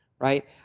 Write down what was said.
right